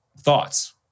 Thoughts